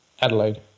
Adelaide